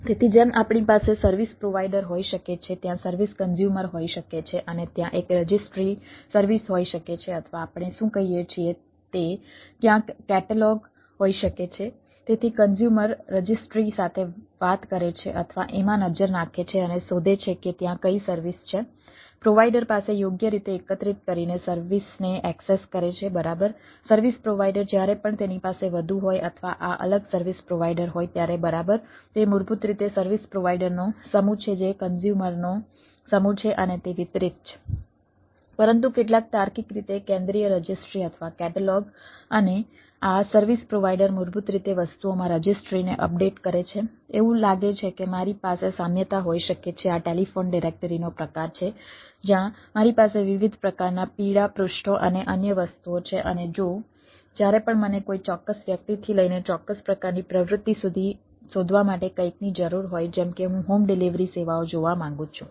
તેથી જેમ આપણી પાસે સર્વિસ પ્રોવાઈડર હોઈ શકે છે ત્યાં સર્વિસ કન્ઝ્યુમર હોઈ શકે છે અને ત્યાં એક રજિસ્ટ્રી સેવાઓ જોવા માંગુ છું